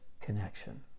connection